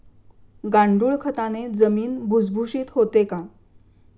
गांडूळ खताने जमीन भुसभुशीत होते का?